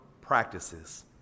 practices